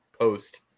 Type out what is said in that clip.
post